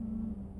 mm